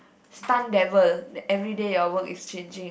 stunt devil then everyday your work is changing